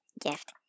gift